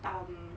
um